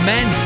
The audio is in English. Men